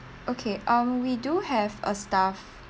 okay um we do have a staff